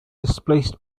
displaced